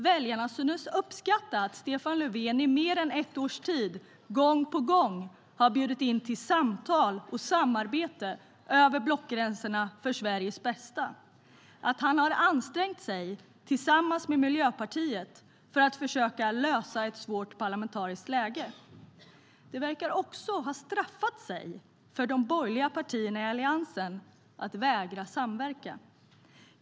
Väljarna synes uppskatta att Stefan Löfven i mer än ett års tid, gång på gång, har bjudit in till samtal och samarbete över blockgränserna för Sveriges bästa och att han tillsammans med Miljöpartiet har ansträngt sig för att försöka lösa ett svårt parlamentariskt läge. Det verkar dock ha straffat sig för de borgerliga partierna i Alliansen att vägra samverka.